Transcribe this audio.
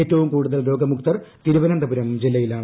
ഏറ്റവും കൂടുതൽ രോഗമുക്തർ തിരുവനന്തപുരം ജില്ലയിലാണ്